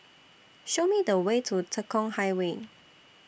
Show Me The Way to Tekong Highway